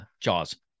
Jaws